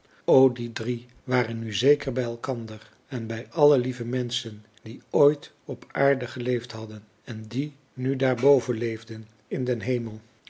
die drie waren nu zeker bij elkander en bij alle lieve menschen die ooit op aarde geleefd hadden en die nu daar boven leefden in den hemel